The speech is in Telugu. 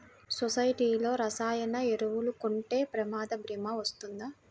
సొసైటీలో రసాయన ఎరువులు కొంటే ప్రమాద భీమా వస్తుందా?